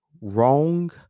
wrong